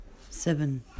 Seven